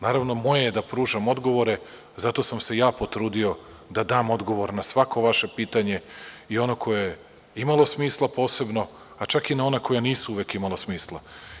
Naravno moje je da pružam odgovore zato sam se ja potrudio da dam odgovor na svako vaše pitanje i ono koje je imalo smisla posebno, a čak i na ona koja nisu imala uvek smisla.